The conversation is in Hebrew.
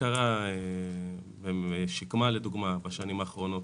זה קרה בשקמה לדוגמה בשנים האחרונות.